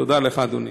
תודה לך, אדוני.